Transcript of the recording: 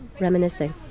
reminiscing